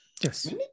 yes